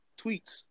tweets